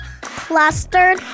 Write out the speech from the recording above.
clustered